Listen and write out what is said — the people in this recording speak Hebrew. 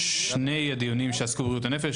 בשני הדיונים או שלושה שעסקו בבריאות הנפש.